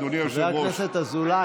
ים המלח הוא האוורסט של הממשלה הזאת.